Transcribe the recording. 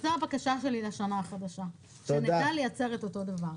זו הבקשה שלי לשנה החדשה, שנדע לייצר את אותו דבר.